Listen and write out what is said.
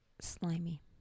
Slimy